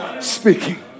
speaking